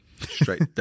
Straight